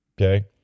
Okay